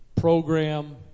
program